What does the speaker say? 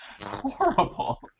horrible